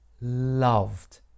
loved